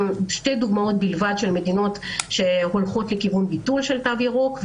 עם שתי דוגמאות בלבד של מדינות שהולכות לכיוון ביטול התו הירוק.